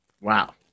Wow